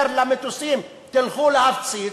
אומר למטוסים: תלכו להפציץ,